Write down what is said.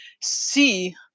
see